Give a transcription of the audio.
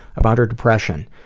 about her depression,